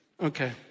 Okay